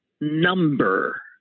number